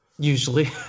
Usually